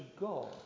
God